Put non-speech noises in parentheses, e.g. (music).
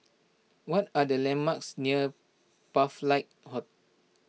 what are the landmarks near Pathlight (unintelligible)